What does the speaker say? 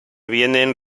vienen